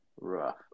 Rough